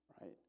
right